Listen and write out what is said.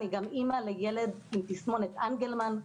אני גם אמא לילד עם תסמונת אנגלמן,